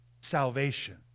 salvation